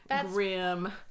grim